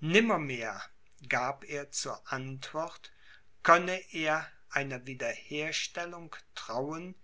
nimmermehr gab er zur antwort könne er einer wiederherstellung trauen